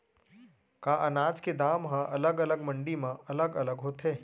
का अनाज के दाम हा अलग अलग मंडी म अलग अलग होथे?